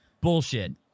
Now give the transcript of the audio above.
Bullshit